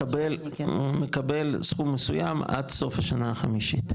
מקבל סכום מסוים עד סוף השנה החמישית.